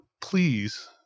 please